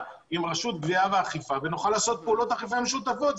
עם רשות האכיפה ונוכל לעשות פעולות אכיפה משותפות.